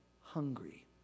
hungry